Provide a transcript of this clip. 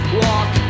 walk